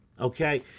Okay